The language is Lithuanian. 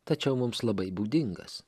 tačiau mums labai būdingas